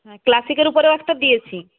হ্যাঁ ক্লাসিকের উপরেও একটা দিয়েছি